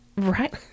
Right